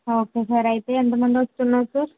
okay sir అయితే ఎంతమంది వస్తున్నారు సార్